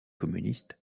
communistes